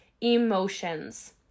emotions